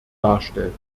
darstellt